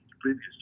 previous